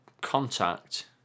contact